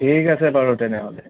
ঠিক আছে বাৰু তেনেহ'লে